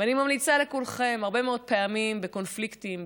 ואני ממליצה לכולכם: הרבה מאוד פעמים בקונפליקטים,